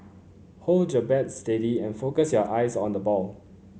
hold your bat steady and focus your eyes on the ball